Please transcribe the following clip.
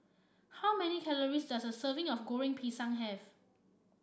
how many calories does a serving of Goreng Pisang have